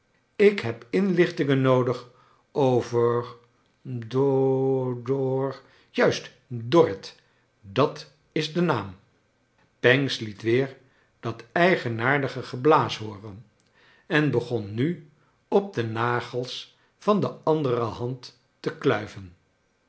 ik heb inlichtingen noodig over do or juist dorrit dat is de naam pancks liet weer dat eigenaardige geblaas hooren en begon nu op de nagels van de andere hand te kluiven